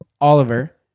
Oliver